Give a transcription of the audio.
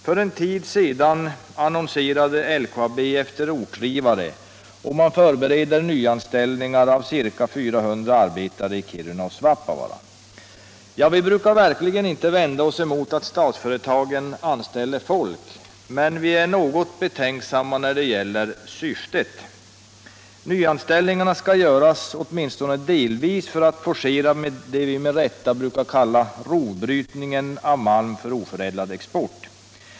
För en tid sedan annonserade LKAB efter ortdrivare, och man förbereder nyanställning av ca 400 arbetare i Kiruna och Svappavaara. Vi brukar verkligen inte vända oss emot att statsföretagen anställer folk, men vi är betänksamma när det gäller syftet. Nyanställningarna skall göras åtminstone delvis för att forcera det vi med rätta kallar rovbrytning av malm för oförädlad export.